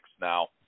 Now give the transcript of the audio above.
now